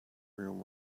room